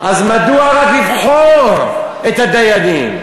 מדוע רק לבחור את הדיינים?